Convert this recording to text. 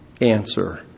answer